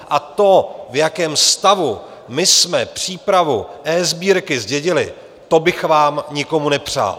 A to, v jakém stavu jsme přípravu eSbírky zdědili, to bych vám nikomu nepřál.